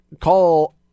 call